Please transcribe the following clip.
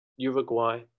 Uruguay